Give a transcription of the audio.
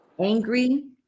angry